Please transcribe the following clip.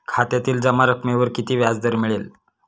खात्यातील जमा रकमेवर किती व्याजदर मिळेल?